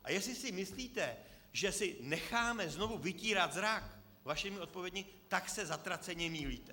A jestli si myslíte, že si necháme znovu vytírat zrak vašimi odpověďmi, tak se zatraceně mýlíte.